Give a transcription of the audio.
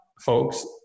folks